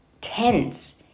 tense